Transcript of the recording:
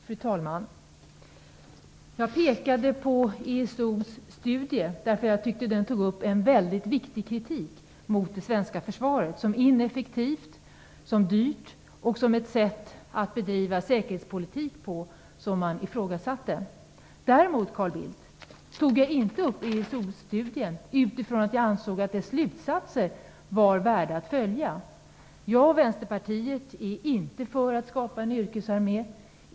Fru talman! Jag pekade på ESO:s studie, eftersom jag tyckte att den tog upp en viktig kritik mot det svenska försvaret. Man sade att det var ineffektivt och dyrt, och man ifrågasatte sättet att bedriva säkerhetspolitik på. Däremot, Carl Bildt, tog jag inte upp ESO-studien på grund av att jag ansåg att dess slutsatser var värda att följa. Jag och Vänsterpartiet är inte för att det skall skapas en yrkesarmé.